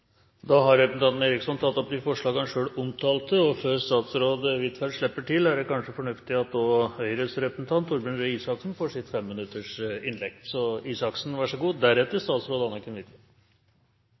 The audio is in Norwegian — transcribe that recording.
har i innstillingen. Representanten Robert Eriksson har tatt opp de forslagene han refererte til. Før statsråd Anniken Huitfeldt slipper til, er det kanskje fornuftig at også Høyres representant Torbjørn Røe Isaksen får sitt